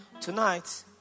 tonight